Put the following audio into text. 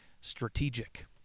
strategic